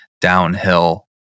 downhill